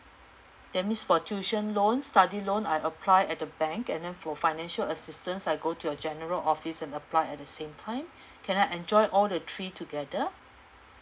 that means for tuition loan study loan I apply at the bank and then for financial assistance I go to your general office and apply at the same time can I enjoy all the three together